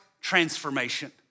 transformation